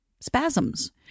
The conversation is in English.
Spasms